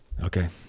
Okay